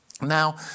Now